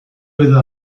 edo